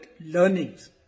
learnings